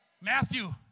Matthew